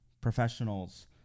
professionals